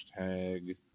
hashtag